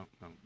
no